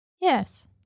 Yes